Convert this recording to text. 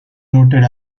noted